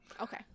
okay